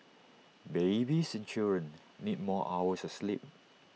babies and children need more hours of sleep